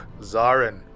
Zarin